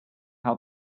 how